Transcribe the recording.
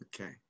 Okay